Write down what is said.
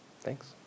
Thanks